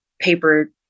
paper